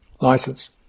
License